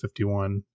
51